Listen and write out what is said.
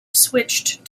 switched